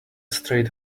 straight